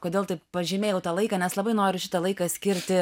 kodėl taip pažymėjau tą laiką nes labai noriu šitą laiką skirti